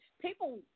people